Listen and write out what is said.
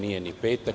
Nije ni petak.